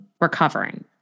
recovering